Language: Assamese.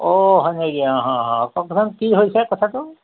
অঁ হয় নেকি অহ্ অহ্ হা কওঁকচোন কি হৈছে কথাটো